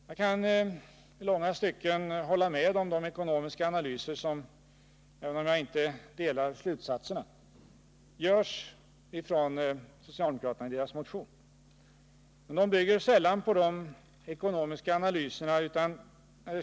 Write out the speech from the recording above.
Jag kan i långa stycken instämma i de ekonomiska analyser som görs i den socialdemokratiska motionen, även om jag inte så ofta delar slutsatserna.